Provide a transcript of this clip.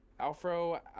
alfro